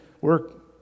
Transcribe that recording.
work